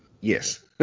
Yes